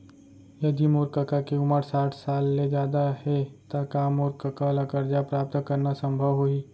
यदि मोर कका के उमर साठ साल ले जादा हे त का मोर कका ला कर्जा प्राप्त करना संभव होही